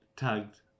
Tagged